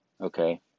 Okay